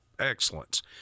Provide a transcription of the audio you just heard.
excellence